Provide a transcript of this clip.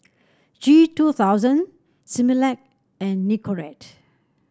G two thousand Similac and Nicorette